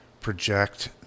project